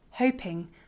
hoping